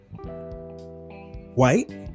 white